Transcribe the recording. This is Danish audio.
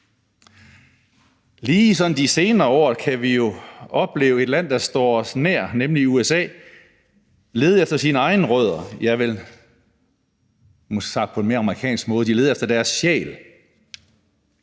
i de senere år kunnet opleve, at et land, der står os nær, nemlig USA, leder efter sine egne rødder, ja, vel måske sagt på en mere amerikansk måde: De leder efter deres sjæl.